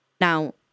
Now